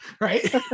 right